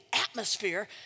atmosphere